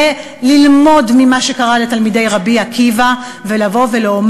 ללמוד ממה שקרה לתלמידי רבי עקיבא ולבוא ולומר: